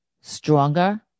stronger